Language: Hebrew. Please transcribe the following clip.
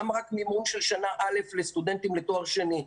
למה רק מימון של שנה א' לסטודנטים לתואר שני,